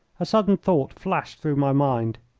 a sudden thought flashed through my mind.